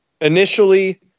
initially